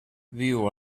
viu